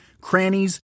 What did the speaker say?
crannies